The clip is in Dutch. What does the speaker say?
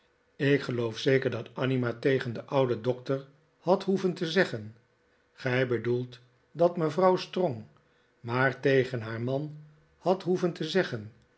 ik geloof zeker dat annie maar tegen den ouden doctor had hoeven te zeggen gij bedoelt dat mevrouw strong maar tegen haar man had hoeven te zeggen